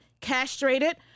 castrated